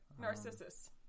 Narcissus